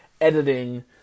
editing